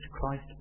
Christ